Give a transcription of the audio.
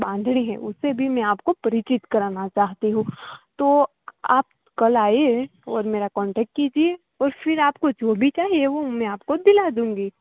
બાંધણી હે ઉસસે ભી મેં આપ કો પરિચિત કરાના ચાહતી હું તો આપ કલ આઈએ ઓર મેરા કોન્ટેક્ટ કીજીયે ઓર ફીર આપકો જો ભી ચાહીએ વો મેં આપકો દિલા દૂંગી